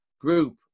group